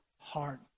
heart